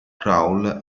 crawl